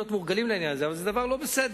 אבל זה לא נותן לנו שום דבר.